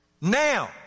Now